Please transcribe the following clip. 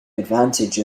advantage